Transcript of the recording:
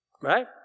right